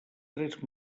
tres